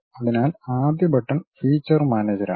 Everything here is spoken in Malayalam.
അതിനാൽ ആദ്യ ബട്ടൺ ഫീച്ചർ മാനേജറാണ്